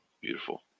beautiful